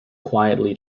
quietly